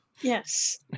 Yes